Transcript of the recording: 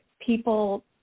people